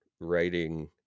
writing